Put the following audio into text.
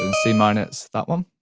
um c minor's that one.